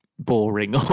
boring